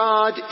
God